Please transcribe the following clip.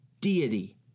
deity